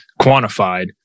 quantified